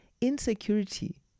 Insecurity